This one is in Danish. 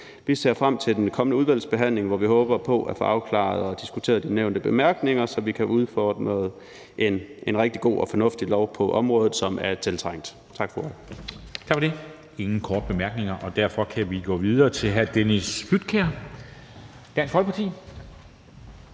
Vi ser frem til den kommende udvalgsbehandling, hvor vi håber på at få afklaret og få diskuteret de nævnte bemærkninger, så vi kan udforme en rigtig god og fornuftig lov på området, som er tiltrængt. Tak for ordet. Kl. 11:11 Formanden (Henrik Dam Kristensen): Tak for det.